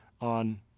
on